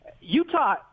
Utah